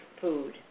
food